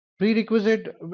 Prerequisite